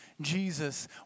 Jesus